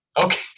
Okay